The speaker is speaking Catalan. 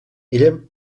ella